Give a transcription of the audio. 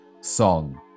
song